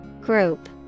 Group